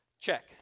Check